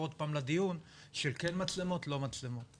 עוד פעם לדיון של כן מצלמות/לא מצלמות.